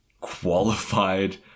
qualified